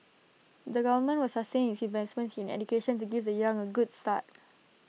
the government will sustain its investments in education to give the young A good start